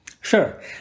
sure